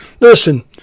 Listen